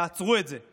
תעצרו את זה.